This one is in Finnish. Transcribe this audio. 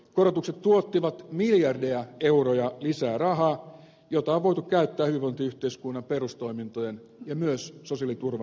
korotukset tuottivat miljardeja euroja lisää rahaa jota on voitu käyttää hyvinvointiyhteiskunnan perustoimintojen ja myös sosiaaliturvan rahoittamiseen